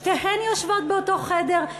שתיהן יושבות באותו החדר,